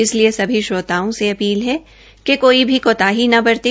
इसलिए सभी श्रोताओं से अपील है कि कोई भी कोताही न बरतें